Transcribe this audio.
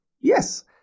yes